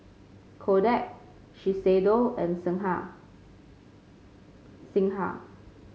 Kodak Shiseido and Singha Singha